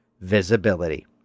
visibility